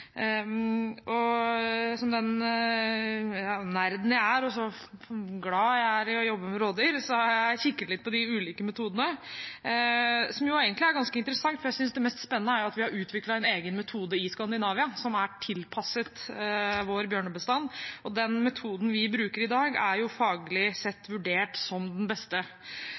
Som den nerden jeg er, og så glad som jeg er i å jobbe med rovdyr, har jeg kikket litt på de ulike metodene, som egentlig er ganske interessant. Jeg synes det mest spennende er at vi har utviklet en egen metode i Skandinavia som er tilpasset vår bjørnebestand, og den metoden vi bruker i dag, er faglig sett vurdert som den beste.